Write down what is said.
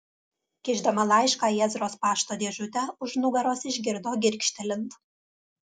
kišdama laišką į ezros pašto dėžutę už nugaros išgirdo girgžtelint